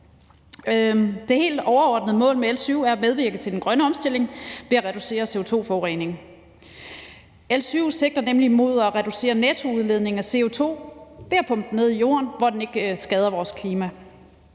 Det helt overordnede mål med L 7 er at medvirke til den grønne omstilling ved at reducere CO2-forurening. L 7 sigter nemlig mod at reducere nettoudledningen af CO2 ved at pumpe den ned i jorden, hvor den ikke skader vores klima.